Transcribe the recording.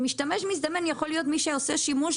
משתמש מזדמן יכול להיות מי שעושה שימוש